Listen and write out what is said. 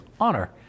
honor